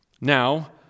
Now